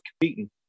competing